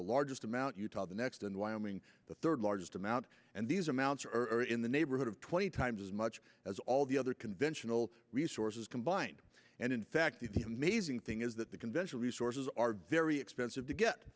largest amount you well the next in wyoming the third largest amount and these amounts are in the neighborhood of twenty times as much as all the other conventional resources combined and in fact the amazing thing is that the conventional resources are very expensive to get